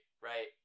right